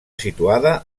situada